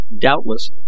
doubtless